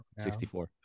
64